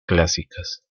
clásicas